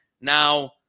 now